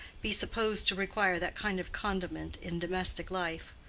be supposed to require that kind of condiment in domestic life?